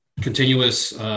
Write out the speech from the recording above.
continuous –